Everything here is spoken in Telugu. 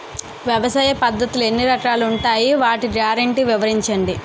వ్యవసాయ పద్ధతులు ఎన్ని రకాలు ఉంటాయి? వాటి గ్యారంటీ వివరించండి?